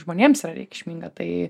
žmonėms yra reikšminga tai